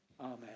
Amen